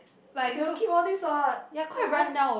they will keep all these what ya right